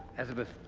azabeth,